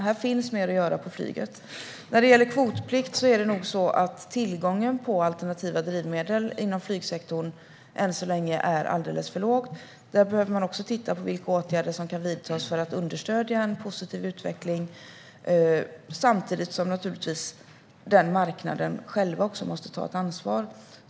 Här finns mer att göra på flyget. När det gäller kvotplikt är det nog så att tillgången på alternativa drivmedel inom flygsektorn än så länge är alldeles för låg. Där behöver man också titta på vilka åtgärder som kan vidtas för att understödja en positiv utveckling samtidigt som marknaden själv måste ta ett ansvar.